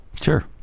sure